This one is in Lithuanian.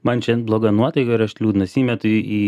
man šiand bloga nuotaika ir aš liūdnas įmetu į